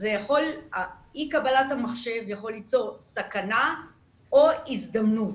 אי קבלת המחשב יכול ליצור סכנה או הזדמנות.